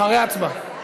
אחרי ההצבעה.